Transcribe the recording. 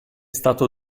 stato